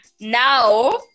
now